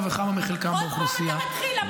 וכמה מחלקם באוכלוסייה -- עוד פעם אתה מתחיל?